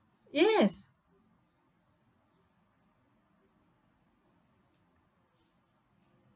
yes